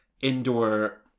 indoor